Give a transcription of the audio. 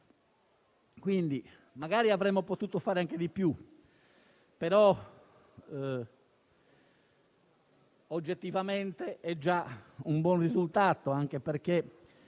Magari avremmo potuto fare anche di più, ma, oggettivamente, è già un buon risultato, anche perché